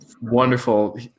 wonderful